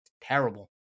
terrible